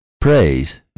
praise